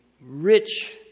rich